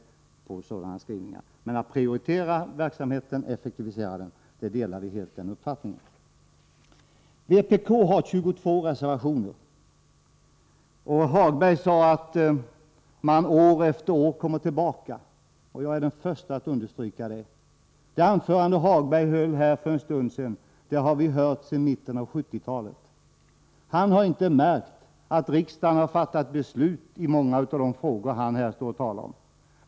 Men uppfattningen att man skall prioritera inom verksamheten och effektivisera den delar vi helt. Vpk har 22 reservationer. Hagberg sade att man år efter år kommer tillbaka. Jag är den förste att understryka det. Det anförande Hagberg höll för en stund sedan, har vi hört sedan mitten av 1970-talet. Han har inte märkt att riksdagen fattat beslut i många av de frågor han står här och talar om.